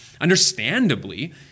understandably